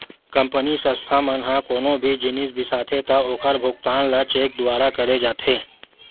company, संस्था मन ह कोनो भी जिनिस बिसाथे त ओखर भुगतान ल चेक दुवारा करे जाथे